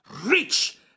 rich